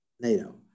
NATO